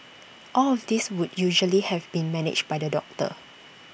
all of this would usually have been managed by the doctor